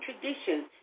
traditions